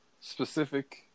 specific